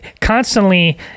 constantly